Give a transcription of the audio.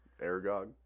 Aragog